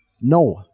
No